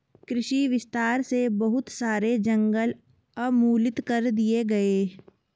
कृषि विस्तार से बहुत सारे जंगल उन्मूलित कर दिए गए